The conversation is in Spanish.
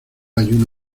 ayuno